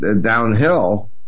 downhill